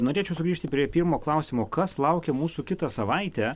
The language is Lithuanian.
norėčiau sugrįžti prie pirmo klausimo kas laukia mūsų kitą savaitę